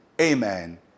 amen